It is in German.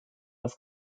das